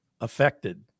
affected